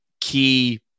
key